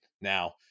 Now